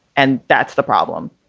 and that's the problem.